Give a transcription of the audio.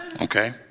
Okay